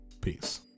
Peace